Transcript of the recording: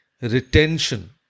retention